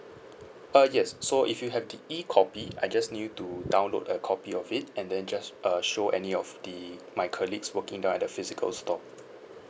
uh yes so if you have the E copy I just need you to download a copy of it and then just uh show any of the my colleagues working down at the physical store